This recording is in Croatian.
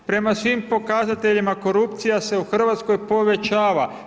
Prema svim pokazateljima, korupcija se u RH povećava.